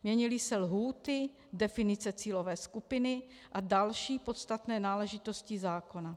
Měnily se lhůty, definice cílové skupiny a další podstatné náležitosti zákona.